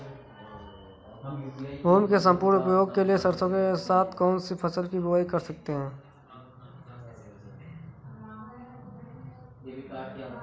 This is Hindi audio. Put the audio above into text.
भूमि के सम्पूर्ण उपयोग के लिए सरसो के साथ कौन सी फसल की बुआई कर सकते हैं?